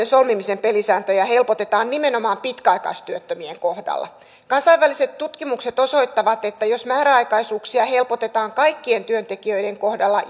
solmimisen pelisääntöjä helpotetaan nimenomaan pitkäaikaistyöttömien kohdalla kansainväliset tutkimukset osoittavat että jos määräaikaisuuksia helpotetaan kaikkien työntekijöiden kohdalla